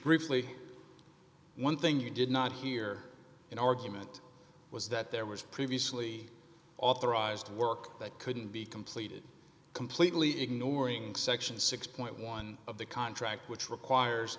briefly one thing you did not hear an argument was that there was previously authorized work that couldn't be completed completely ignoring section six point one of the contract which requires